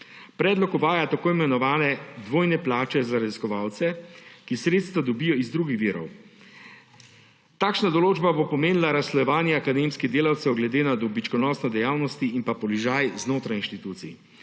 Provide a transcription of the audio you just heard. Predlog uvaja tako imenovane dvojne plače za raziskovalce, ki sredstva dobijo iz drugih virov. Takšna določba bo pomenila razslojevanje akademskih delavcev glede na dobičkonosnost dejavnosti in na položaj znotraj institucij.